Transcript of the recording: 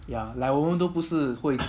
ya like 我们都不是会